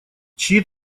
чьи